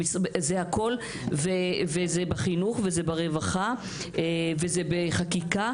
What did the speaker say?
זה הכול וזה בחינוך וזה ברווחה וזה בחקיקה,